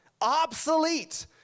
obsolete